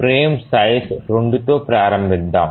frame size 2 తో ప్రారంభిద్దాం